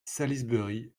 salisbury